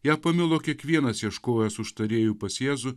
ją pamilo kiekvienas ieškojęs užtarėjų pas jėzų